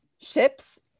ships